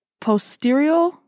posterior